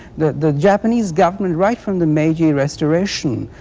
the the japanese government, right from the meiji restoration,